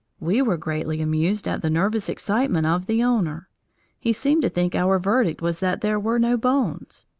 we were greatly amused at the nervous excitement of the owner he seemed to think our verdict was that there were no bones.